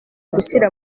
kugushyira